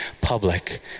public